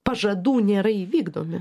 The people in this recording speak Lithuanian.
pažadų nėra įvykdomi